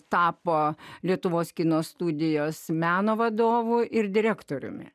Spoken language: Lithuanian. tapo lietuvos kino studijos meno vadovu ir direktoriumi